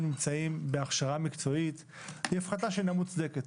נמצאים בהכשרה מקצועית היא הפחתה שאינה מוצדקת.